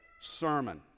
sermon